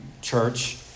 church